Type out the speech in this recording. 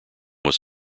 was